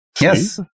Yes